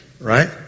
Right